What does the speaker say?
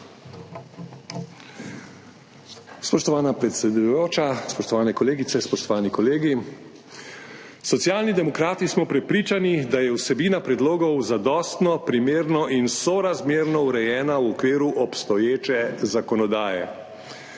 Spoštovana predsedujoča, spoštovane kolegice, spoštovani kolegi! Socialni demokrati smo prepričani, da je vsebina predlogov zadostno, primerno in sorazmerno urejena v okviru obstoječe zakonodaje.